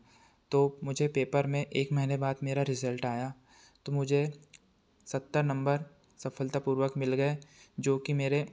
तो मुझे पेपर में एक महीने बाद मेरा रिज़ल्ट आया तो मुझे सत्तर नंबर सफलतापूर्वक मिल गए जो कि मेरे